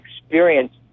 experience